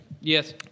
Yes